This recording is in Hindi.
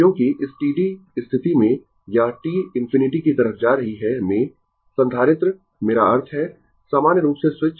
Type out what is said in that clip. क्योंकि स्टीडी स्थिति में या t ∞ की तरफ जा रही है में संधारित्र मेरा अर्थ है सामान्य रूप से स्विच